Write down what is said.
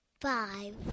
five